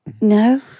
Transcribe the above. No